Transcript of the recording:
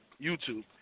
YouTube